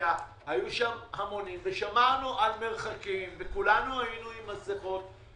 והיו שם המונים ושמרנו על מרחקים וכולנו היינו עם מסכות.